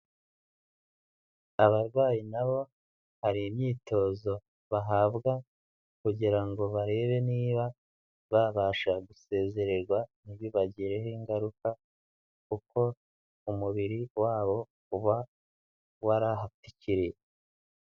Abarwayi na bo hari imyitozo bahabwa kugira ngo barebe niba babasha gusezererwa ntibibagireho ingaruka, kuko umubiri wabo uba warahatikiriye.